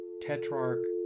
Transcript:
tetrarch